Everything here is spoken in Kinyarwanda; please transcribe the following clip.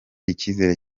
icyizere